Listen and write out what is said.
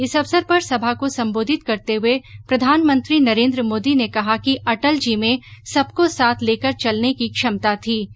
इसअवसर पर सभा को सम्बोधित करते हुए प्रधानमंत्री नरेन्द्र मोदी ने कहा कि अटलजी में सबको साथ लेकर चलने की क्षमता थी ै